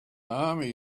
army